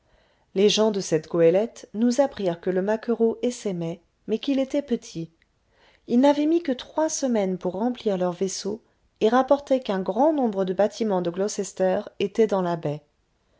les gens de cette goélette nous apprirent que le maquereau essaimait mais qu'il était petit ils n'avaient mis que trois semaines pour remplir leur vaisseau et rapportaient qu'un grand nombre de bâtiments de gloucester étaient dans la baie